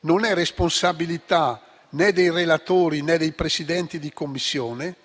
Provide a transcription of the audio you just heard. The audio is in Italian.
Non è responsabilità né dei relatori, né dei Presidenti di Commissione: